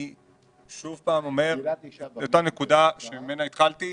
אני שוב אומר אותה נקודה שממנה התחלתי: